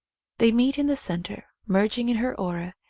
they meet in the centre, merging in her aura,